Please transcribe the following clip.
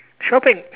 shopping